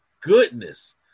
goodness